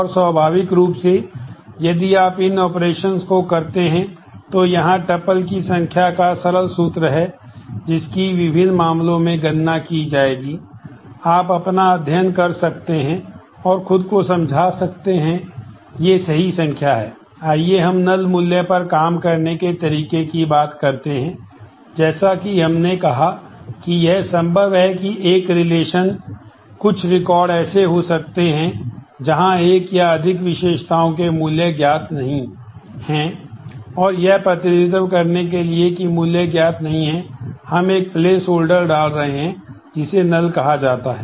और स्वाभाविक रूप से यदि आप इन ऑपरेशनों कहा जाता है